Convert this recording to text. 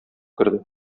керде